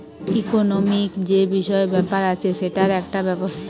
economic যে বিষয় ব্যাপার আছে সেটার একটা ব্যবস্থা